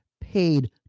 paid